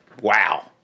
Wow